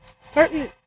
certain